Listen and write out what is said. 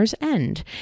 end